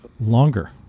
longer